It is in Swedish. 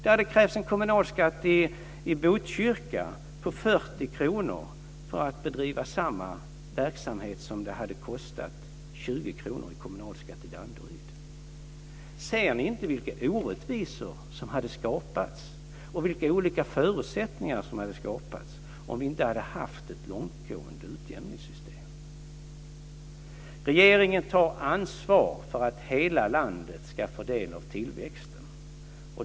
Det hade krävts en kommunalskatt i Botkyrka på 40 kr för att bedriva samma verksamhet som det hade kostat 20 kr i kommunalskatt att bedriva i Danderyd. Ser ni inte vilka orättvisor som hade skapats och vilka olika förutsättningar som hade skapats om vi inte hade haft ett långtgående utjämningssystem? Regeringen tar ansvar för att hela landet ska få del av tillväxten.